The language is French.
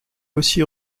aussi